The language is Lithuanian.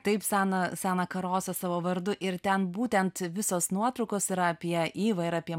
taip sana sana karosas savo vardu ir ten būtent visos nuotraukos yra apie ivą ir apie